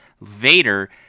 Vader